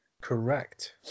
Correct